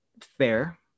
fair